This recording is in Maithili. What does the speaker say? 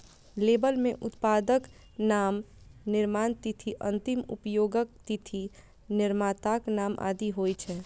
लेबल मे उत्पादक नाम, निर्माण तिथि, अंतिम उपयोगक तिथि, निर्माताक नाम आदि होइ छै